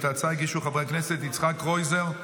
את ההצעה הגישו חברי הכנסת יצחק קרויזר,